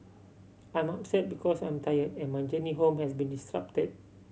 I'm upset because I'm tire and my journey home has been disrupted